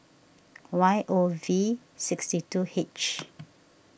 Y O V sixty two H